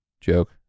joke